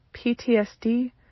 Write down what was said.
PTSD